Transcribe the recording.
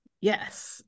Yes